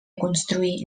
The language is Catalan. construir